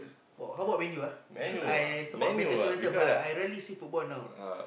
!wah! how about Man-U ah because I I support Manchester-United but I rarely see football now lah